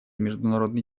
международный